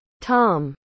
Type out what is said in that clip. Tom